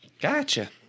Gotcha